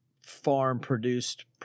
farm-produced